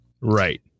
Right